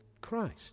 Christ